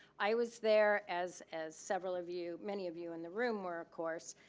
i was there, as as several of you, many of you in the room were, of course,